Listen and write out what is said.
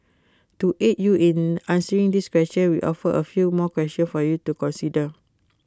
to aid you in answering this question we offer A few more question for you to consider